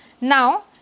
Now